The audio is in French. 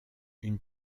une